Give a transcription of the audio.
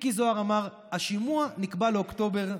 מיקי זוהר אמר: השימוע נקבע לאוקטובר,